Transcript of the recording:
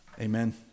Amen